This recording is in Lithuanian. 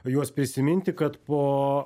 juos prisiminti kad po